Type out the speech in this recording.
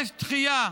יש דחייה,